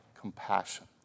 compassion